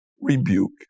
rebuke